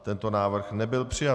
Tento návrh nebyl přijat.